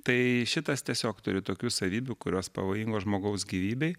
tai šitas tiesiog turi tokių savybių kurios pavojingos žmogaus gyvybei